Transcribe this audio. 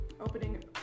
opening